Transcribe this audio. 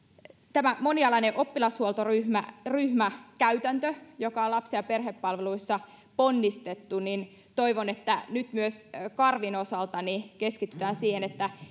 tämä monialainen oppilashuoltoryhmäkäytäntö on lapsi ja perhepalveluissa ponnistettu ja toivon että nyt myös karvin osalta keskitytään siihen